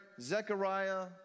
Zechariah